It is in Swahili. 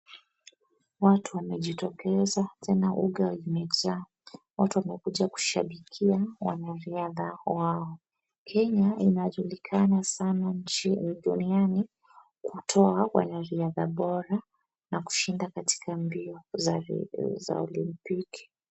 Watu wanajitokeza tena uga umeja. Tena watu wamekuja kushabikia wanariadha wao. Kenya inajulikana sana nchini duniani kutoa wanariadha bora na kushinda katika mbio za za Olympiki.